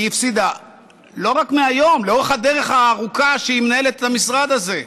היא הפסידה לא רק מהיום אלא לאורך הדרך הארוכה שהיא מנהלת את המשרד הזה,